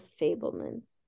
Fableman's